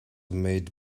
made